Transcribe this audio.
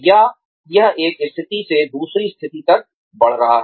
या यह एक स्थिति से दूसरी स्थिति तक बढ़ रहा है